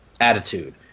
attitude